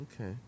Okay